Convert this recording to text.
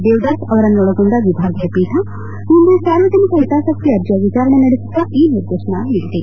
ದೇವದಾಸ್ ಅವರನ್ನೊಳಗೊಂಡ ವಿಭಾಗೀಯ ಪೀಠ ಇಂದು ಸಾರ್ವಜನಿಕ ಹಿತಾಸಕ್ತಿ ಅರ್ಜಿಯ ವಿಚಾರಣೆ ನಡೆಸುತ್ತಾ ಈ ನಿರ್ದೇತನ ನೀಡಿದೆ